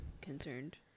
concerned